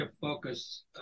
focus